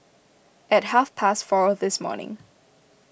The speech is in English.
at half past four this morning